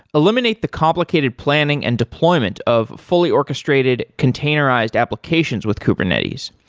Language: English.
eliminate the complicated planning and deployment of fully orchestrated containerized applications with kubernetes.